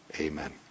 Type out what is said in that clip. Amen